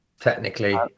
technically